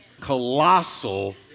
colossal